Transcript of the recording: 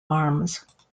arms